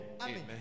Amen